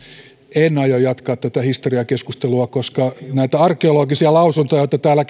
en aio jatkaa tätä historiakeskustelua koska näitä arkeologisia lausuntoja joita täällä